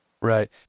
Right